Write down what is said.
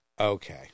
Okay